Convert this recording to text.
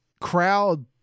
crowd